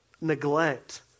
Neglect